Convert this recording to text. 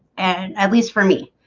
and at least for me,